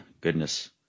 Goodness